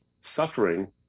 suffering